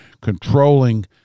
controlling